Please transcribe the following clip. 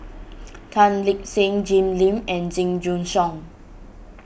Tan Lip Seng Jim Lim and Jing Jun Hong